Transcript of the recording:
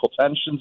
tensions